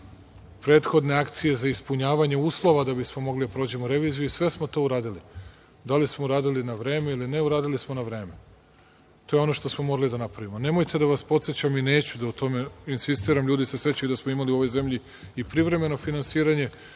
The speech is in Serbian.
prethodne akcije za ispunjavanje uslova da bismo mogli da prođemo reviziju i sve smo to uradili. Da li smo uradili na vreme ili ne, uradili smo na vreme. To je ono što smo morali da napravimo. Nemojte da vas podsećam i neću da o tome insistiram, ljudi se sećaju da smo imali u ovoj zemlji i privremeno finansiranje,